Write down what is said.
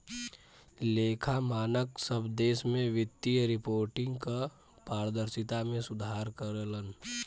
लेखा मानक सब देश में वित्तीय रिपोर्टिंग क पारदर्शिता में सुधार करलन